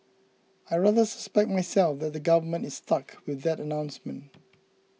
I rather suspect myself that the government is stuck with that announcement